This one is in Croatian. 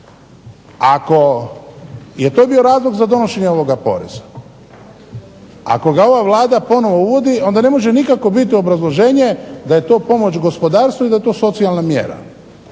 Ako je to bio razlog za donošenje ovoga poreza, ako ga ova Vlada ponovno uvodi onda ne može nikako biti obrazloženje da je to pomoć gospodarstvu i da je to socijalna mjera,